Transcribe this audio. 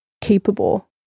capable